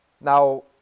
Now